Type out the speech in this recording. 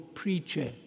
preacher